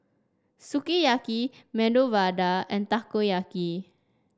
Sukiyaki Medu Vada and Takoyaki